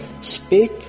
Speak